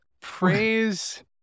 praise